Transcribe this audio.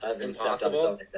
Impossible